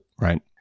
Right